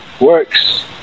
works